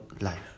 life